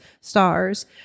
stars